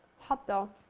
hot though!